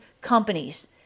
companies